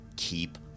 Keep